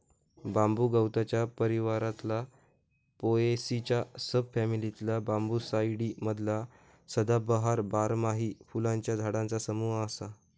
बांबू गवताच्या परिवारातला पोएसीच्या सब फॅमिलीतला बांबूसाईडी मधला सदाबहार, बारमाही फुलांच्या झाडांचा समूह असा